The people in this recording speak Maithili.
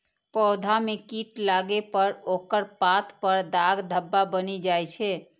पौधा मे कीट लागै पर ओकर पात पर दाग धब्बा बनि जाइ छै